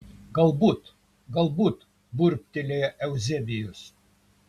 galbūt galbūt burbtelėjo euzebijus